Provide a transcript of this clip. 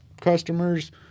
customers